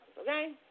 okay